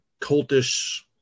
cultish